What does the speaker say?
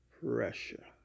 pressure